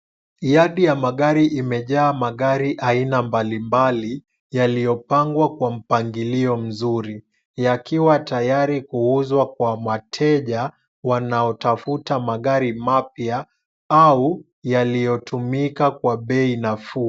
Yadi ya magari imejaa magari aina mbalimbali yaliyopangwa kwa mpangilio mzuri, yakiwa tayari kuuzwa kwa wateja wanaotafuta magari mapya au yaliyotumika kwa bei nafuu.